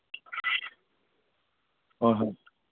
ꯍꯣꯏ ꯍꯣꯏ